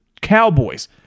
Cowboys